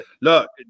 look